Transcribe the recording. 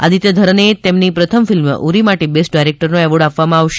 આદિત્ય ધરને તેમની પ્રથમ ફિલ્મ ઉરી માટે બેસ્ટ ડાયરેક્ટરનો એવોર્ડ આપવામાં આવશે